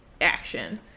action